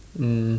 um